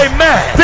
Amen